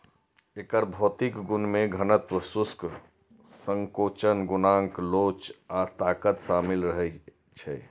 एकर भौतिक गुण मे घनत्व, शुष्क संकोचन गुणांक लोच आ ताकत शामिल रहै छै